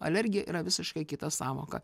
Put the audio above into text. alergija yra visiškai kita sąvoka